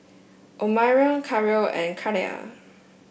Omarion Carlo and Ciarra